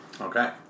Okay